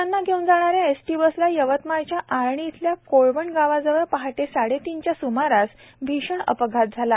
मज्रांना घेऊन जाणाऱ्या एसटी बसला यवतमाळ च्या आर्णी येथील कोळवन गावाजवळ पहाटे साडेतीनच्या स्मारास भीषण अपघात झाला